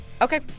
Okay